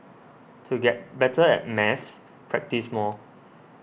to get better at maths practise more